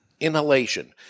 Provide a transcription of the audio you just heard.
Inhalation